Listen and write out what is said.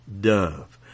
dove